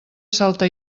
salta